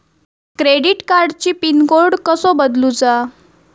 Credit कार्डची pin code कसो बदलुचा?